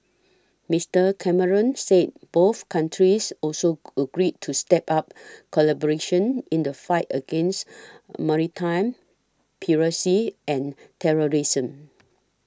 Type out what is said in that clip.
Mister Cameron said both countries also agreed to step up collaboration in the fight against maritime piracy and terrorism